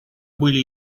были